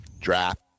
draft